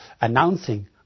announcing